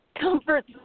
Comfort